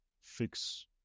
fix